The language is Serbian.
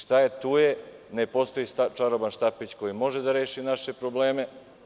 Šta je tu je, ne postoji čaroban štapić koji može da reši naše probleme.